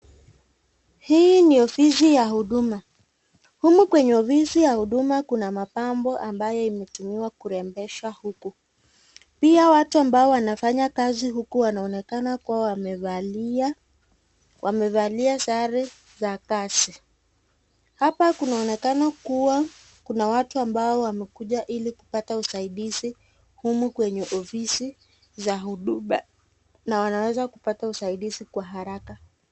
Hii ni ofisi ya huduma ,humu kwenye ofisi ya huduma kuna mapambo ambaye imetumiwa kurembesha uku ,pia watu ambao wanafanya kazi huku wanaonekana kuwa wamevalia ,wamevalia sare za kazi. Hapa kunaonekana kuwa kuna watu ambao wamekuja ili kupata usaidizi humu kwenye ofisi za huduma, na wanaweza kupata usaidizi kwa haraka.